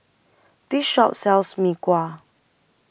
This Shop sells Mee Kuah